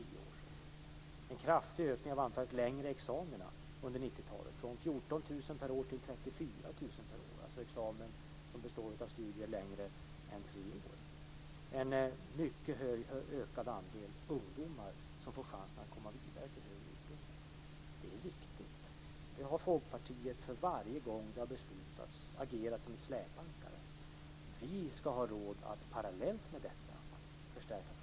Vi har sett en kraftig ökning av antalet längre examina under 90-talet från 14 000 per år till 34 000 per år, alltså examina som består av studier längre än tre år. Vi har sett en mycket högre andel ungdomar som får chansen att komma vidare till högre utbildning. Det är viktigt. Detta har Folkpartiet, varje gång det har beslutats, agerat som ett släpankare för. Vi ska ha råd att parallellt med detta förstärka kvaliteten.